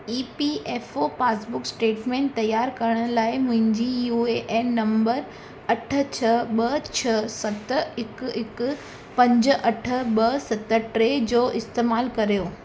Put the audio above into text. EPFO passbook statement तयारु करण लाइ मुंहिंजी यूएएन नंबर अठ छह ॿ छह सत हिकु हिकु पंज अठ ॿ सत टे जो इस्तेमालु कयो